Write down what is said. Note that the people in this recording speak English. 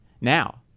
now